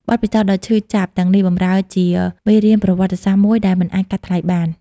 បទពិសោធន៍ដ៏ឈឺចាប់ទាំងនេះបម្រើជាមេរៀនប្រវត្តិសាស្ត្រមួយដែលមិនអាចកាត់ថ្លៃបាន។